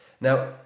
Now